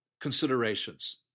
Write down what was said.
considerations